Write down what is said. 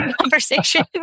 conversation